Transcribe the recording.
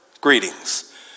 Greetings